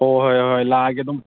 ꯑꯣ ꯍꯣꯏ ꯍꯣꯏ ꯂꯥꯛꯑꯒꯦ ꯑꯗꯨꯝ